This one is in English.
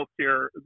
healthcare